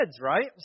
right